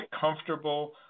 comfortable